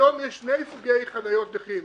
היום יש שני סוגים של חניות נכים: